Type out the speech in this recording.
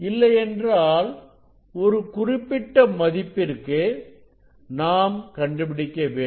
இல்லையென்றால் ஒரு குறிப்பிட்ட மதிப்பிற்கு நாம் கண்டுபிடிக்க வேண்டும்